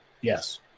Yes